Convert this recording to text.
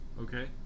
Okay